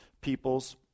peoples